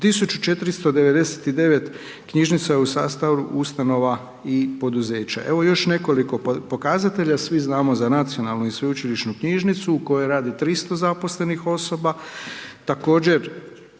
1499 knjižnica je u sastavu ustanova i poduzeća. Evo još nekoliko pokazatelja, svi znamo za Nacionalnu i sveučilišnu knjižnicu, u kojoj radi 300 zaposlenih osoba.